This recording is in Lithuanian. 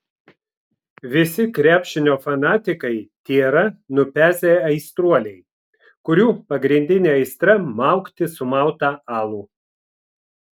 visi krepšinio fanatikai tėra nupezę aistruoliai kurių pagrindinė aistra maukti sumautą alų